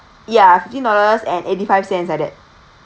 ya fifteen dollars and eighty five cents like that